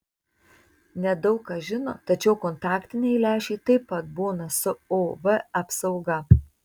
ne daug kas žino tačiau kontaktiniai lęšiai taip pat būna su uv apsauga